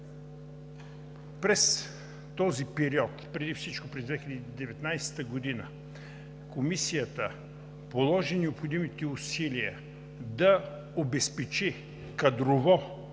През този период, преди всичко през 2019 г., Комисията положи необходимите усилия да обезпечи кадрово